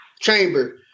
chamber